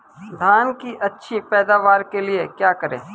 धान की अच्छी पैदावार के लिए क्या करें?